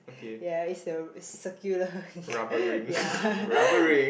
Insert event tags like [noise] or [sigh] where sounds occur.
ya is the circular ya [laughs]